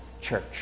church